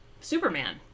Superman